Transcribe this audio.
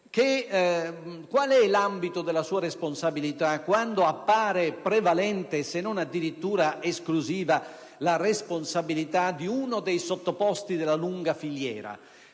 qual è l'ambito della sua responsabilità quando appare prevalente, se non addirittura esclusiva, la responsabilità di uno dei sottoposti della lunga filiera?